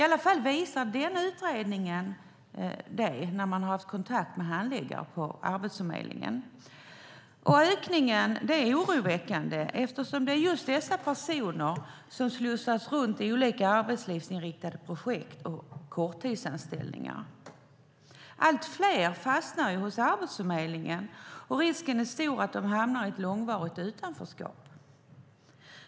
Det visar utredningen, som har haft kontakt med handläggare på Arbetsförmedlingen. Ökningen är oroväckande, eftersom det är just dessa personer som slussas runt i olika arbetslivsinriktade projekt och korttidsanställningar. Allt fler fastnar hos Arbetsförmedlingen, och risken är stor att de hamnar i ett långvarigt utanförskap.